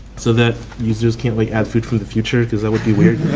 so that users can't like add foods for the future because that would be weird.